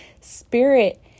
spirit